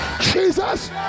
Jesus